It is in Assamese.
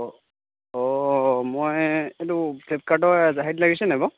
অ' মই এইটো ফ্লিপকাৰ্টৰ এজে হেৰিত লাগিছেনে বাৰু